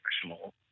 professional